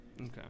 Okay